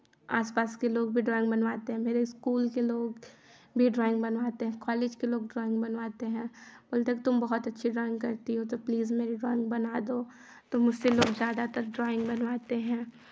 आस पास के लोग भी ड्राॅइंग बनवाते हैं मेरे स्कूल के लोग भी ड्राॅइंग बनवाते हैं कॉलेज के लोग ड्राॅइंग बनवाते हैं मतलब तुम बहुत अच्छी ड्राॅइंग करती हो तो प्लीज़ मेरी ड्राॅइंग बना दो तो हमसे लोग ज़्यादातर ड्राॅइंग बनवाते हैं